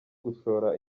gushora